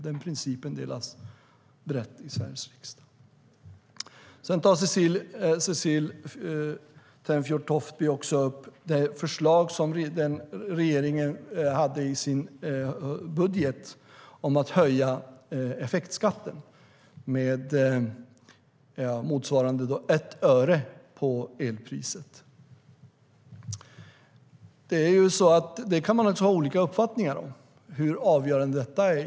Den principen delas brett i Sveriges riksdag. Cecilie Tenfjord-Toftby tar också upp det förslag som regeringen hade i sin budget om att höja effektskatten med motsvarande 1 öre på elpriset. Man kan naturligtvis ha olika uppfattningar om hur avgörande detta är.